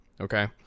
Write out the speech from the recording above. Okay